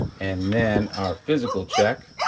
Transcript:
and then our physical check,